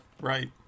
right